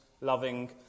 loving